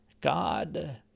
God